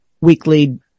weekly